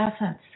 essence